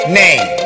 name